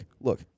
look